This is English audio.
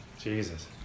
Jesus